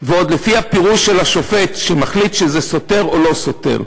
ועוד לפי הפירוש של השופט שמחליט שזה סותר או לא סותר.